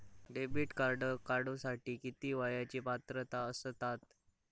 Debit card काढूसाठी किती वयाची पात्रता असतात?